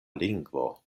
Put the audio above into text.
lingvo